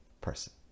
person